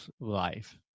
life